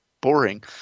boring